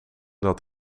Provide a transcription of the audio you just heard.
dat